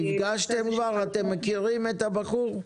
נפגשתם כבר, אתם מכירים את הבחור?